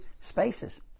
spaces